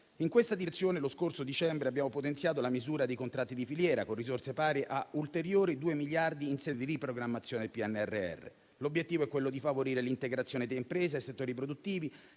In questa direzione, lo scorso dicembre abbiamo potenziato la misura dei contratti di filiera con risorse pari a ulteriori 2 miliardi in sede di riprogrammazione del PNRR. L'obiettivo è quello di favorire l'integrazione tra imprese e settori produttivi